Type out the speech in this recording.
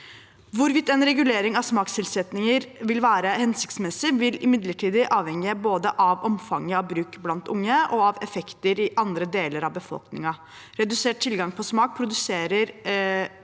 «Hvorvidt en regulering av smakstilsetninger vil være hensiktsmessig vil imidlertid avhenge både av omfanget av bruk blant unge, og av effekter i andre deler av befolkningen. Redusert tilgang på smak i produkter